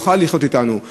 יוכל לחיות אתנו,